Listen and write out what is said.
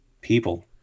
people